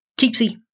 Keepsy